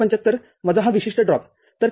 ७५ वजा हा विशिष्ट ड्रॉपतर ३